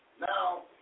Now